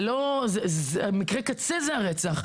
מקרה הקצה זה הרצח.